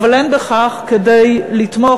אבל אין בכך כדי לתמוך,